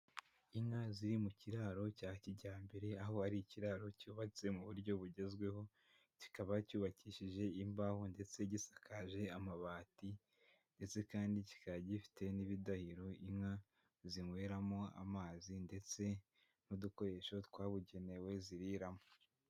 Inka ziri mu kiraro cya kijyambere, aho ari ikiraro cyubatse mu buryo bugezweho, cyikaba cyubakishije imbaho ndetse gisakaje amabati, ndetse kandi cyikaba gifite n'ibidahiro inka zinyweramo amazi, ndetse n'udukoresho twabugenewe ziriramo.